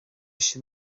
sin